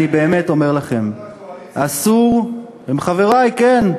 אני באמת אומר לכם, אסור, הם חברי, כן.